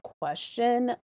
question